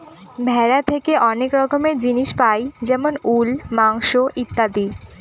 ভেড়া থেকে অনেক রকমের জিনিস পাই যেমন উল, মাংস ইত্যাদি